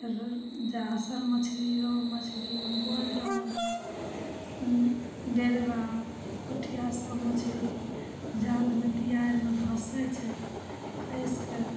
जासर मछली रौह मछली गोल्डन डेरबा पोठिआ सब मछरी जालमे तिआरमे फँसै छै फँसिके